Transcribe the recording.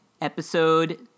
episode